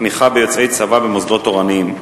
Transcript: תמיכה ביוצאי-צבא במוסדות תורניים.